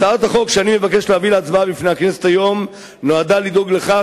הצעת החוק שאני מבקש להביא להצבעה בפני הכנסת היום נועדה לדאוג לכך